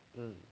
mmhmm